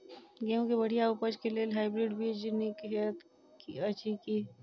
गेंहूँ केँ बढ़िया उपज केँ लेल हाइब्रिड बीज नीक हएत अछि की?